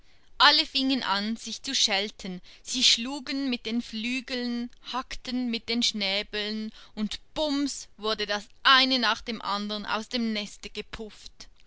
alle fingen an sich zu schelten sie schlugen mit den flügeln hackten mit den schnäbeln und bums wurde das eine nach dem andern aus dem neste gepufft